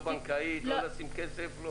לא בנקאית, לא לשים כסף.